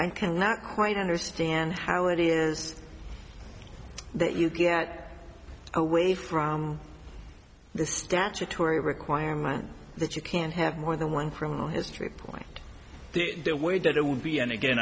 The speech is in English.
i cannot quite understand how it is that you get away from the statutory requirement that you can have more than one criminal history point the way he did it would be and again